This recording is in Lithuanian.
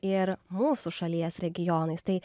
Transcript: ir mūsų šalies regionais tai